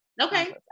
okay